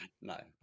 No